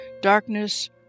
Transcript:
darkness